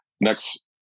Next